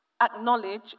acknowledge